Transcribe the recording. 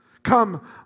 Come